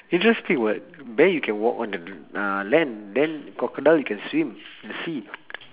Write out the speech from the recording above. interesting [what] bear you can walk on the uh land then crocodile you can swim in the sea